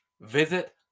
visit